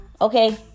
Okay